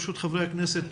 ברשות חברי הכנסת,